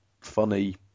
funny